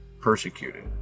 persecuted